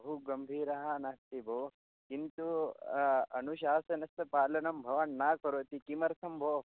बहु गम्भीरः नास्ति भो किन्तु अनुशासनस्य पालनं भवान् न करोति किमर्थं भो